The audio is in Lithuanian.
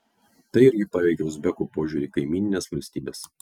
tai irgi paveikė uzbekų požiūrį į kaimynines valstybes